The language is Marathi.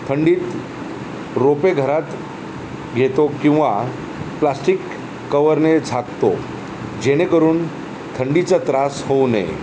थंडीत रोपे घरात घेतो किंवा प्लास्टिक कववरने झाकतो जेणेकरून थंडीचा त्रास होऊ नये